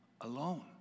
alone